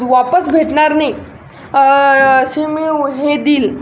वापस भेटणार नाही सो मी हे दिल